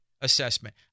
Assessment